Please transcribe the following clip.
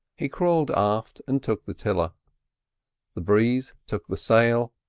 he crawled aft and took the tiller the breeze took the sail,